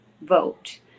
vote